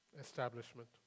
establishment